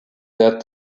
that